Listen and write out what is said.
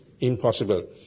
Impossible